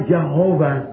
Jehovah